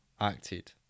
acted